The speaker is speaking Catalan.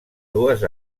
dues